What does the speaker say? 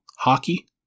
hockey